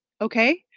Okay